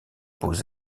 beaux